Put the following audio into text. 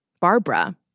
Barbara